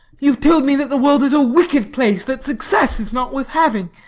you have told me that the world is a wicked place, that success is not worth having,